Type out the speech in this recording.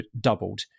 doubled